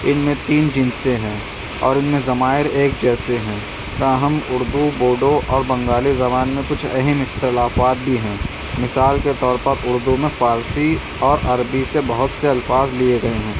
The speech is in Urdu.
ان میں تین جنسیں ہیں اور ان میں ضمائر ایک جیسے ہیں تاہم اردو بوڈو اور بنگالی زبان میں کچھ اہم اختلافات بھی ہیں مثال کے طور پر اردو میں فارسی اور عربی سے بہت سے الفاظ لیے گئے ہیں